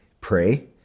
pray